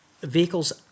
vehicles